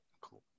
Cool